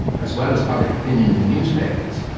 as well as public opinion in the newspapers,